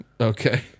Okay